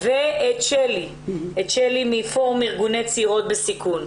כשאצל צעירות וצעירים זה עד ארבעה חודשים.